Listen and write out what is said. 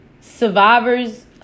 survivors